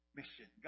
mission